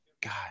God